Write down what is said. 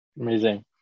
amazing